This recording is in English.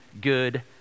good